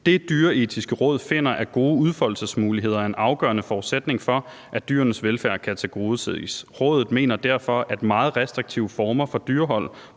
»Det Dyreetiske Råd finder, at gode udfoldelsesmuligheder er en afgørende forudsætning for, at dyrenes velfærd kan tilgodeses. Rådet mener derfor, at meget restriktive former for dyrehold